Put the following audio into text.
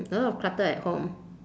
a lot of clutter at home